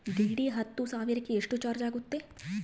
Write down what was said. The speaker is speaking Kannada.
ಡಿ.ಡಿ ಹತ್ತು ಸಾವಿರಕ್ಕೆ ಎಷ್ಟು ಚಾಜ್೯ ಆಗತ್ತೆ?